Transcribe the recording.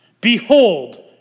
behold